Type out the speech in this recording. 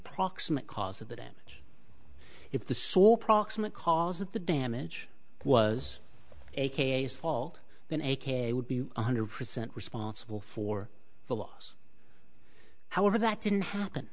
proximate cause of the damage if the saw proximate cause of the damage was a case fault than a k would be one hundred percent responsible for the loss however that didn't happen